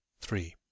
Three